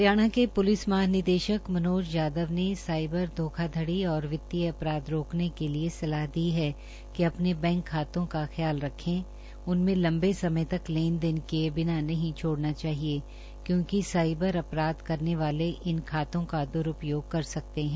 हरियाणा के पुलिस महानिदेशक मनोज यादव ने साईबर धोखाधड़ी और वित्तीय अपराध रोकने के लिए सलाह दी है कि अपने बैंक खातों का ख्याल रखें उनमें लंबे समय तक लेन देन किए बिना नहीं छोड़ना चाहिए क्योंकि साईबर अपराधा करने वाले इन खातों का दुरूपायोग कर सकते हैं